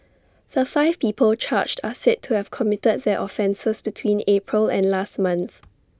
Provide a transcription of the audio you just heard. the five people charged are said to have committed their offences between April and last month